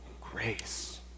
grace